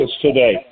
today